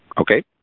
Okay